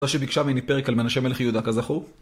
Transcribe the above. תודה שביקשה ממני פרק על מנשה מלך יהודה, כזכור?